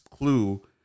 clue